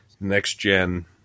next-gen